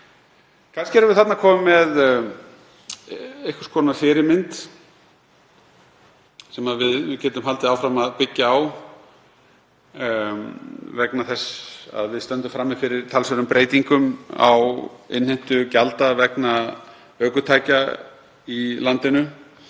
Kannski erum við þarna komin með einhvers konar fyrirmynd sem við getum haldið áfram að byggja á vegna þess að við stöndum frammi fyrir talsverðum breytingum á innheimtu gjalda vegna ökutækja í landinu.